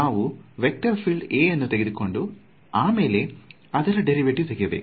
ನಾವು vector field A ಅನ್ನು ತೆಗೆದುಕೊಂಡು ಆಮೇಲೆ ಅದರ ಡೇರಿವೆಟಿವ್ ತೆಗೆಯಬೇಕು